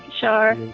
Sure